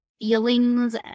feelings